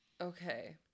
Okay